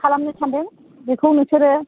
खालामनो सानदों बेखौ नोंसोरो